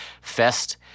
Fest